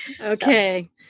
Okay